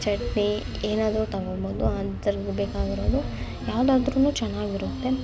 ಚಟ್ನಿ ಏನಾದರೂ ತಗೊಳ್ಬೋದು ಅಂತ್ರಗ್ ಬೇಕಾಗಿರೋದು ಯಾವ್ದಾದ್ರೂ ಚೆನ್ನಾಗಿರುತ್ತೆ